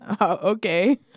Okay